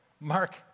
Mark